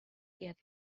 get